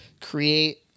Create